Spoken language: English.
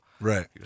Right